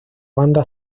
banda